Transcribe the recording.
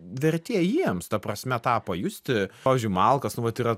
vertė jiems ta prasme tą pajusti pavyzdžiui malkas nu vat yra